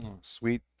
Sweet